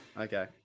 okay